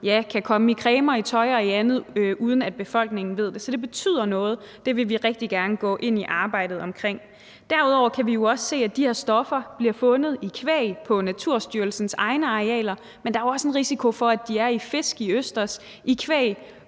kan komme i cremer, i tøj og i andet, uden at befolkningen ved det. Så det betyder noget, og det vil vi rigtig gerne gå ind i arbejdet omkring. Derudover kan vi også se, at de her stoffer bliver fundet i kvæg på Naturstyrelsens egne arealer, men at der også er en risiko for, at de er i fisk, i østers og i kvæg